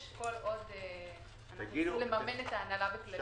כדי לממן את הוצאות ההנהלה והכלליות.